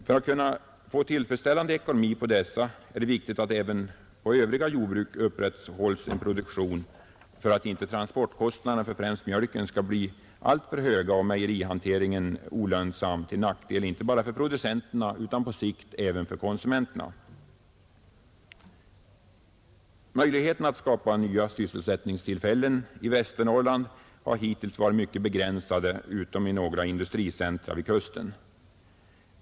För att kunna få tillfredsställande ekonomi på dessa är det viktigt att det även på övriga jordbruk upprätthålls en produktion för att inte transportkostnaderna för främst mjölken skall bli för höga och mejerihanteringen olönsam, till nackdel inte enbart för producenterna utan på sikt även för konsumenterna, Möjligheterna att skapa nya sysselsättningstillfällen i Västernorrland har hittills varit mycket begränsade utom i några industricentra vid kusten.